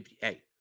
hey